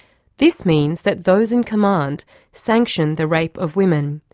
this means that those in command sanction the rape of women,